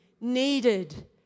needed